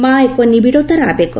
ମାଆ ଏକ ନିବିଡ଼ତାର ଆବେଗ